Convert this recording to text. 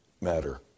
matter